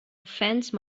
offense